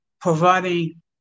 providing